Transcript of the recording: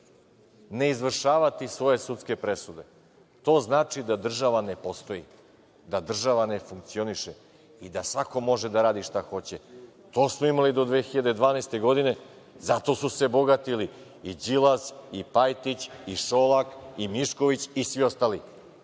ne izvršavati svoje sudske presude. To znači da država ne postoji, da država ne funkcioniše i da svako može da radi šta hoće. To smo imali do 2012. godine zato su se bogatili i Đilas, i Pajtić, i Šolak, i Mišković i svi ostali.